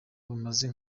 bameze